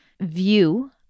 view